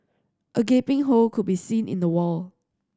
a gaping hole could be seen in the wall